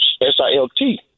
S-I-L-T